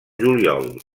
juliol